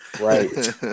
Right